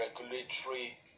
regulatory